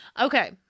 Okay